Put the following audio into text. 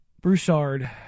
Broussard